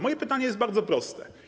Moje pytanie jest bardzo proste.